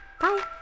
Bye